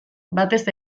batez